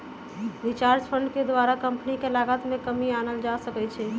research fund के द्वारा company के लागत में कमी आनल जा सकइ छै